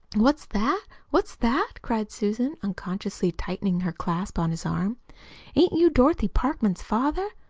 what's that? what's that? cried susan, unconsciously tightening her clasp on his arm. ain't you dorothy parkman's father?